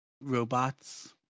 robots